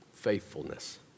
faithfulness